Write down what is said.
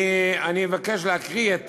אני מבקש להקריא את